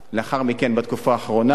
ולאחר מכן בתקופה האחרונה,